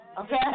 Okay